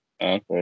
Okay